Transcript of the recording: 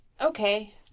okay